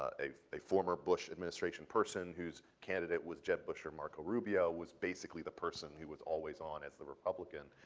ah a a former bush administration person, whose candidate was jeb bush or marco rubio was basically the person who was always on as the republican.